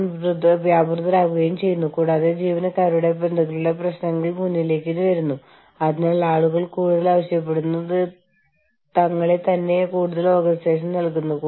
കാരണം ദേശീയ തലത്തിൽ അവർ കലാപം നടത്തിയാൽ അവർ എന്തെങ്കിലും പറഞ്ഞാൽ multi national authority multi national നേതാവ് അവരെ നിരസിച്ചേക്കാം